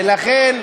ולכן,